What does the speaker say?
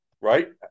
right